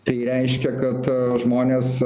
tai reiškia kad žmonės